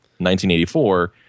1984